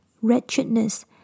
wretchedness